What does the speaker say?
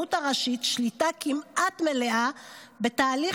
ולרבנות הראשית שליטה כמעט מלאה בתהליך